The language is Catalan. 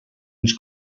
ens